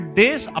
days